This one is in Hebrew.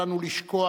אל לנו לשכוח